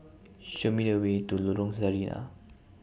Show Me The Way to Lorong Sarina